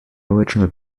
original